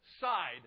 side